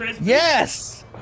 Yes